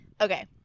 Okay